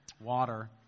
water